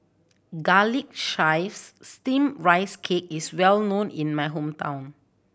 Garlic Chives Steamed Rice Cake is well known in my hometown